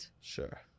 Sure